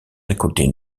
récolter